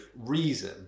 reason